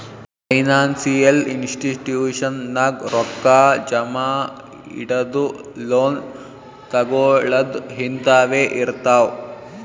financial institution ನಾಗ್ ರೊಕ್ಕಾ ಜಮಾ ಇಡದು, ಲೋನ್ ತಗೋಳದ್ ಹಿಂತಾವೆ ಇರ್ತಾವ್